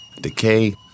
Decay